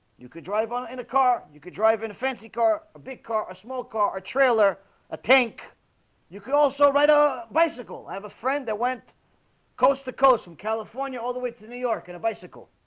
you could drive on in a car you could drive in a fancy car a big car a small car a trailer a tank you could also write a bicycle i have a friend that went coast-to-coast from california all the way to new york in a bicycle